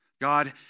God